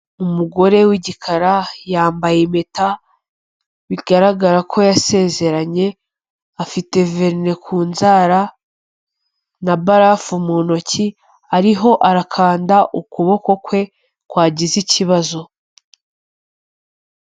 Umugore w'igikara yambaye impeta bigaragara ko yasezeranye, afite venerine ku nzara na barafu mu ntoki ariho arakanda ukuboko kwe kwagize ikibazo.